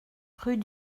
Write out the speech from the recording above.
rue